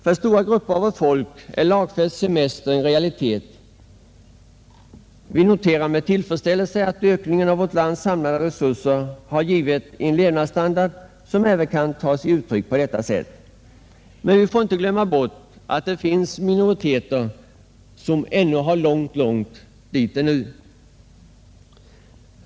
För stora grupper av vårt folk är lagfäst semester en realitet. Vi noterar med tillfredsställelse att ökningen av vårt lands samlade resurser har givit en levnadsstandard som även kan ta sig uttryck på detta sätt. Men vi får inte glömma bort att det finns minoriteter som ännu har långt dit.